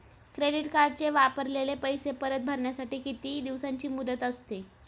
Credit कार्डचे वापरलेले पैसे परत भरण्यासाठी किती दिवसांची मुदत असते?